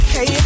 Hey